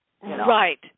right